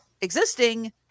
existing